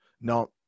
now